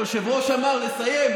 היושב-ראש אמר: לסיים,